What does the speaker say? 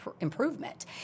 improvement